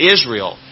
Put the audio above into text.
Israel